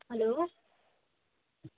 hello